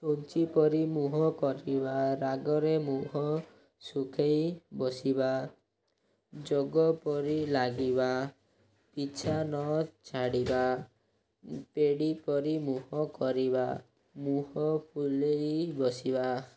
ଚୁଞ୍ଚିପରି ମୁହଁ କରିବା ରାଗରେ ମୁହଁ ଶୁଖେଇ ବସିବା ଯୋକ ପରି ଲାଗିବା ପିଛା ନ ଛାଡ଼ିବା ପେଡ଼ି ପରି ମୁହଁ କରିବା ମୁହଁ ଫୁଲେଇ ବସିବା